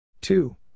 Two